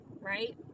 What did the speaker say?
right